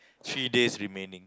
three days remaining